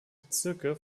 bezirke